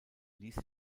ließ